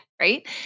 right